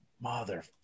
Mother